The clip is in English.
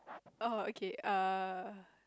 oh okay err